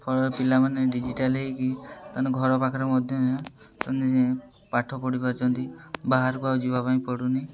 ଫଳରେ ପିଲାମାନେ ଡିଜିଟାଲ୍ ହେଇକି ତା'ମାନେ ଘର ପାଖରେ ମଧ୍ୟ ସେମାନେ ପାଠପଢ଼ି ପାରୁଛନ୍ତି ବାହାରକୁ ଆଉ ଯିବାପାଇଁ ପଡ଼ୁନି